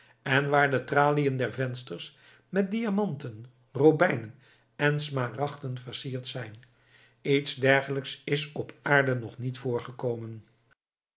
en waar de traliën der vensters met diamanten robijnen en smaragden versierd zijn iets dergelijks is op aarde nog niet